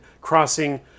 crossing